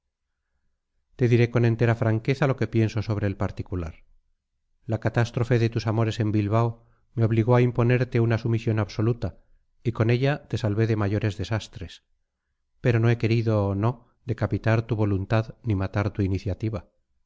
te diré con entera franqueza lo que pienso sobre el particular la catástrofe de tus amores en bilbao me obligó a imponerte una sumisión absoluta y con ella te salvé de mayores desastres pero no he querido no decapitar tu voluntad ni matar tu iniciativa